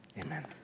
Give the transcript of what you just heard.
amen